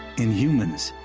in humans,